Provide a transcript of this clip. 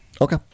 Okay